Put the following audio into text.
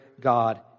God